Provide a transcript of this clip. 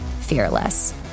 fearless